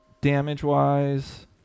damage-wise